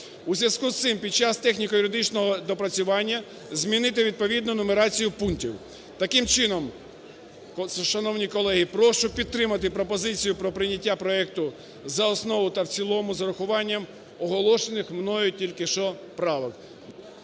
У зв'язку із цим під час техніко-юридичного доопрацювання змінити відповідно нумерацію пунктів. Таким чином, шановні колеги, прошу підтримати пропозицію про прийняття проекту за основу та в цілому з урахуванням оголошених мною тільки що правок.